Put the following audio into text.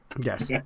Yes